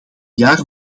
jaar